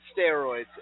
steroids